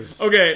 Okay